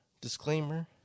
disclaimer